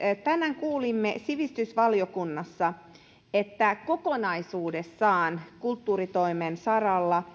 tänään kuulimme sivistysvaliokunnassa että kokonaisuudessaan kulttuuritoimen saralla